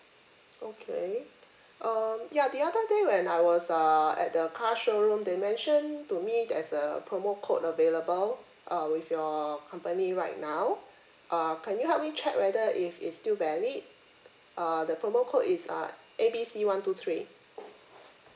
okay um ya the other day when I was uh at the car showroom they mention to me there's a promo code available uh with your company right now uh can you help me check whether if it's still valid uh the promo code is uh A B C one two three